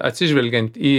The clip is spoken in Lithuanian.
atsižvelgiant į